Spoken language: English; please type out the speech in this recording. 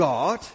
God